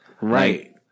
Right